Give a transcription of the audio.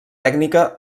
tècnica